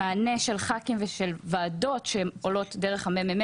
מענה של ח"כים וועדות שעולות דרך המ.מ.מ